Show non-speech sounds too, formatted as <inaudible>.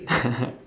<laughs>